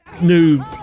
new